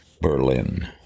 Berlin